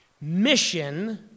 Mission